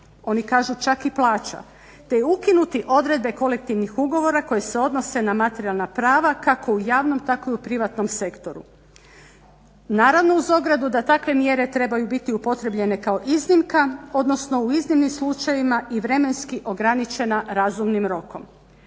Oni kažu čak i plaća, te ukinuti odredbe Kolektivnih ugovora koji se odnose na materijalna prava kako u javnom tako i u privatnom sektoru. Naravno uz obradu da takve mjere trebaju biti upotrebljene kao iznimka odnosno u iznimnim slučajevima i vremenski ograničena razumnim rokom.